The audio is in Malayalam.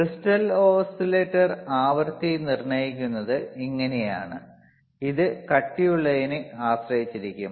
ക്രിസ്റ്റൽ ഓസിലേറ്റർ ആവൃത്തി നിർണ്ണയിക്കുന്നത് ഇങ്ങനെയാണ് ഇത് കട്ടിയുള്ളതിനെ ആശ്രയിച്ചിരിക്കും